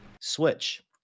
switch